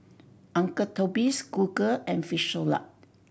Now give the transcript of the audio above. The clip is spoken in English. Uncle Toby's Google and Frisolac